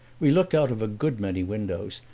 we looked out of a good many windows,